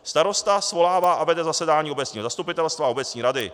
Starosta svolává a vede zasedání obecního zastupitelstva a obecní rady.